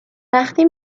وقتی